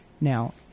now